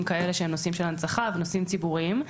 כאלה שהם נושאים של הנצחה ונושאים ציבוריים,